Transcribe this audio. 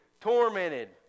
tormented